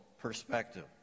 perspective